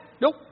Nope